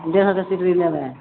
डेढ़ो सिकरी लेबै